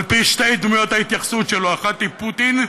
על-פי שתי דמויות ההתייחסות שלו, אחת היא פוטין,